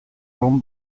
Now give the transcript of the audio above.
room